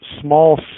small